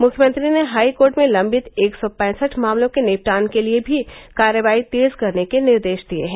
मुख्यमंत्री ने high court में लंबित एक सौ पैसठ मामलों के निपटान के लिए भी कार्रवाई तेज करने के निर्देश दिए हैं